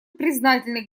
признательны